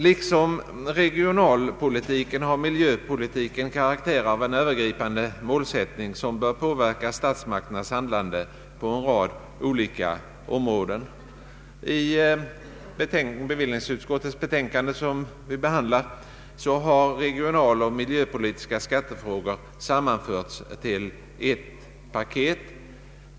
Liksom regionalpolitiken har miljö politiken karaktären av en övergripande målsättning, som bör påverka statsmakternas handlande på en rad olika områden. I bevillningsutskottets betänkande nr 36 har regionaloch miljöpolitiska skattefrågor sammanförts till ett paket.